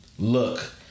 look